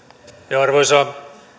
arvoisa